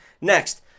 Next